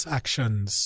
actions